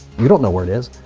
you don't know where it is,